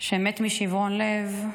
שמת משברון לב,